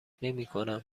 نمیکنم